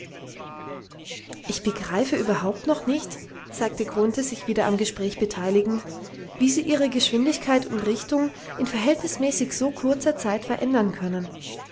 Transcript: ich begreife überhaupt noch nicht sagte grunthe sich wieder am gespräch beteiligend wie sie ihre geschwindigkeit und richtung in verhältnismäßig so kurzer zeit verändern können